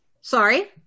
Sorry